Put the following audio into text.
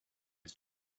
his